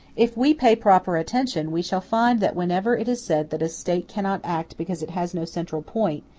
if we pay proper attention, we shall find that whenever it is said that a state cannot act because it has no central point,